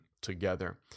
together